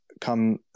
come